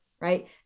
right